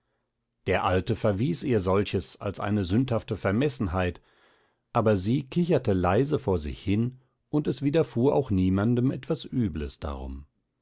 der alte verwies ihr solches als eine sündhafte vermessenheit aber sie kicherte leise vor sich hin und es widerfuhr auch niemandem etwas übles darum